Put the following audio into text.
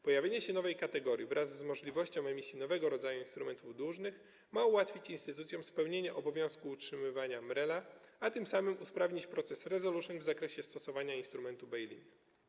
Pojawienie się nowej kategorii wraz z możliwością emisji nowego rodzaju instrumentów dłużnych ma ułatwić instytucjom spełnienie obowiązku utrzymywania MREL, a tym samym usprawnić proces resolution w zakresie stosowania instrumentu bail-in.